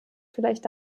vielleicht